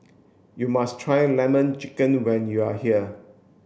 you must try lemon chicken when you are here